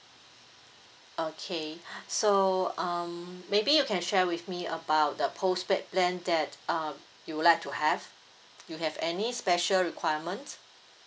okay so um maybe you can share with me about the postpaid plan that uh you would like to have you have any special requirements